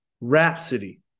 Rhapsody